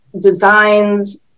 designs